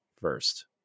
first